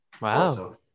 wow